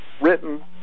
written